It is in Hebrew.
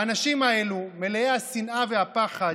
האנשים האלו, מלאי השנאה והפחד,